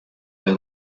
her